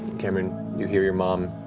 cameron, you hear your mom,